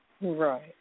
Right